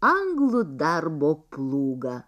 anglų darbo plūgą